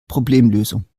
problemlösung